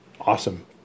Awesome